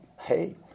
hey